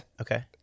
Okay